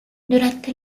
durante